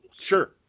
Sure